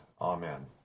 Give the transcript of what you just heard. Amen